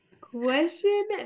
Question